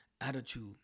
attitude